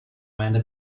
meine